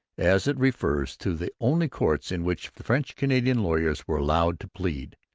as it refers to the only courts in which french-canadian lawyers were allowed to plead.